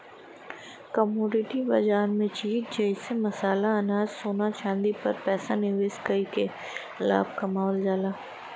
commodity बाजार में चीज जइसे मसाला अनाज सोना चांदी पर पैसा निवेश कइके लाभ कमावल जाला